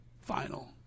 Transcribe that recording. final